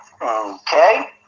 okay